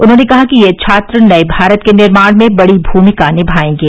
उन्होंने कहा कि ये छात्र नए भारत के निर्माण में बड़ी भूमिका निभाएंगे